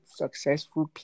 successful